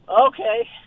Okay